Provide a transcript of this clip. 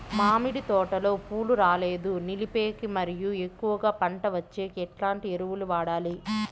మామిడి తోటలో పూలు రాలేదు నిలిపేకి మరియు ఎక్కువగా పంట వచ్చేకి ఎట్లాంటి ఎరువులు వాడాలి?